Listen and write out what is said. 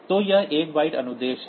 तो यह 1 बाइट अनुदेश है